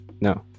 no